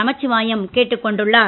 நமசிவாயம் கேட்டுக் கொண்டுள்ளார்